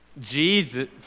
Jesus